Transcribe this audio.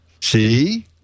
See